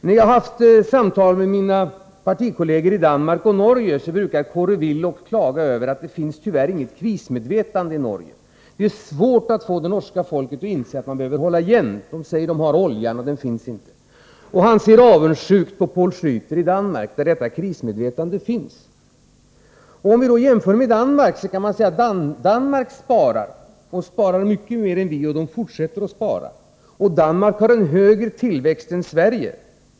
När jag haft samtal med mina partikolleger i Danmark och Norge har Kåre Willoch klagat över att det tyvärr inte finns något krismedvetande i Norge och att det är svårt att få det norska folket att inse att man behöver hålla igen — de säger att de har oljan, och den finns inte. Han ser avundsjukt på Poul Schläter i Danmark, där detta krismedvetande finns. Om vi jämför med Danmark kan vi alltså se att Danmark sparar mycket mer än vi, och där fortsätter man att spara. Danmark har samtidigt en högre tillväxt än Sverige.